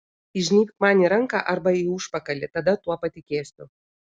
įžnybk man į ranką arba į užpakalį tada tuo patikėsiu